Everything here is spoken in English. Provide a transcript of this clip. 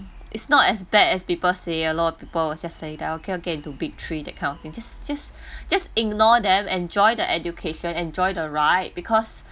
it's not as bad as people say ya lor people will just say that okay okay do big three that kind of thing just just just ignore them enjoy the education enjoy the ride because